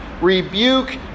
rebuke